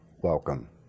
welcome